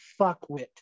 fuckwit